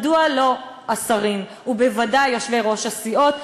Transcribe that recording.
מדוע לא השרים, ובוודאי יושבי-ראש הסיעות?